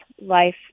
life